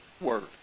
word